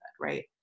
right